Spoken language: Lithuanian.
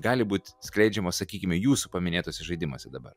gali būt skleidžiamos sakykime jūsų paminėtuose žaidimuose dabar